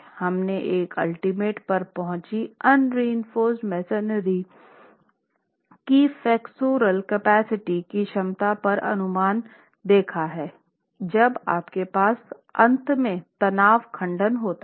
हमने एक अल्टीमेट पर पहुंची अनरीइंफोर्स्ड मेसनरी की फ्लेक्सोरल कैपेसिटी की क्षमता का अनुमान देखा है जब आपके पास अंत में तनाव खंड होता है